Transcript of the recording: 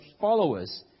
followers